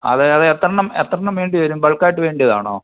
അത് അത് എത്രണ്ണം എത്രണ്ണം വേണ്ടിവരും ബൾക്കായിട്ട് വേണ്ടിയതാണോ